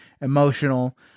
emotional